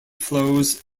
flows